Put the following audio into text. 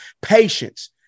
patience